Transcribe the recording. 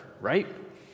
right